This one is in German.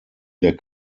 der